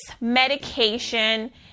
medication